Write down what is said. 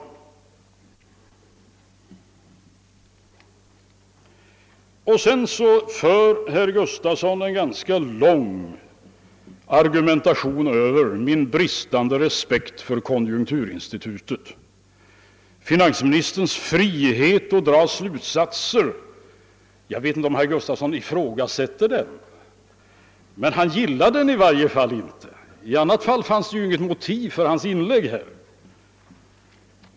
Herr Gustafson i Göteborg förde en ganska lång argumentation om min bristande respekt för konjunkturinstitutet. Han talade om finansministerns frihet alt dra slutsatser. Jag vet inte om herr Gustafson ifrågasätter den, men han gillar den i varje fall inte. I annat fall funnes det ju inget motiv för hans inlägg här.